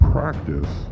Practice